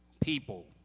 People